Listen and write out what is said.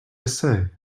say